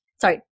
sorry